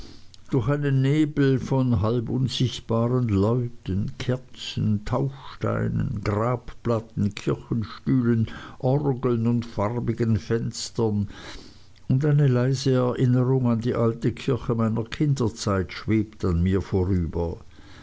durch einen nebel von halb unsichtbaren leuten kerzen taufsteinen grabplatten kirchenstühlen orgeln und farbigen fenstern und eine leise erinnerung an die alte kirche meiner kinderzeit schwebt an mir vorüber